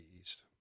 East